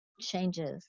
changes